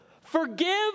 forgive